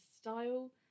style